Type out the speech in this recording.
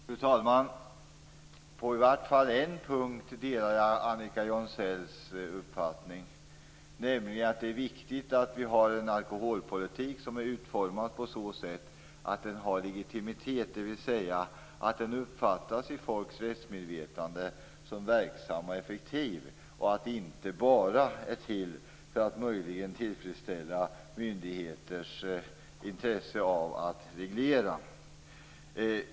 Fru talman! På i vart fall en punkt delar jag Annika Jonsells uppfattning. Det är viktigt att vi har en alkoholpolitik som är utformad på sådant sätt att den har legitimitet, dvs. att den i folks rättsmedvetande uppfattas som verksam och effektiv och inte bara något som är till för att möjligen tillfredsställa myndigheters intresse av att reglera.